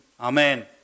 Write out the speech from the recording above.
Amen